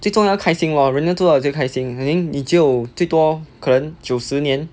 最重要开心 lor 人们最重要开心 I think 你只有最多可能九十年